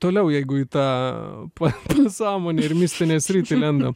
toliau jeigu į tą pa pasąmonę ir mistinė sritį lendam